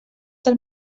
del